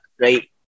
right